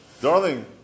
Darling